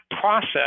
process